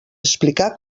explicar